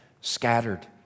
scattered